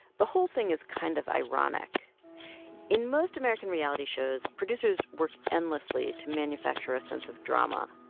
the whole thing is kind of ironic in most american reality shows, producers work endlessly to manufacture a sense of drama.